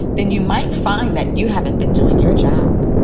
then you might find that you haven't been doing your job.